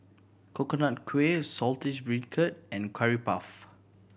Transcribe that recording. Coconut Kuih Saltish Beancurd and Curry Puff